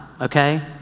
okay